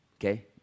okay